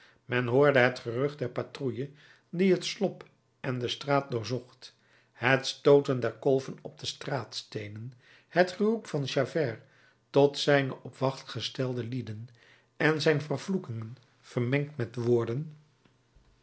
men hoorde het gerucht der patrouille die het slop en de straat doorzocht het stooten der kolven op de straatsteenen het geroep van javert tot zijne op wacht gestelde lieden en zijn vervloekingen vermengd met woorden